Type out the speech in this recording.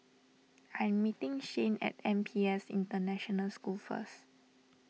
I am meeting Shayne at N P S International School first